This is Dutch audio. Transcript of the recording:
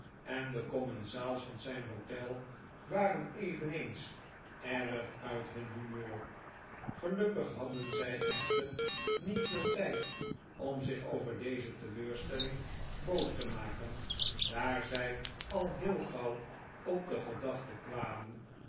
en de commensaals van zijn hotel waren eveneens erg uit hun humeur gelukkig hadden zij echter niet veel tijd om zich over deze teleurstelling boos te maken daar zij al heel gauw op de gedachte kwamen